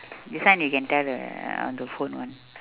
this one you can tell the on the phone one